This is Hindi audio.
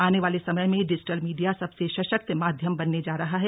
आने वाले समय में डिजिटल मीडिया सबसे सशक्त माध्यम बनने जा रहा है